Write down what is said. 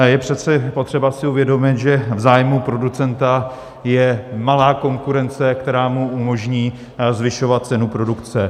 Je přece potřeba si uvědomit, že v zájmu producenta je malá konkurence, která mu umožní zvyšovat cenu produkce.